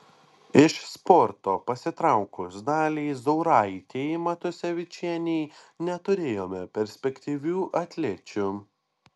iš sporto pasitraukus daliai zauraitei matusevičienei neturėjome perspektyvių atlečių